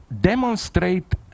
demonstrate